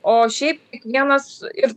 o šiaip kiekvienas ir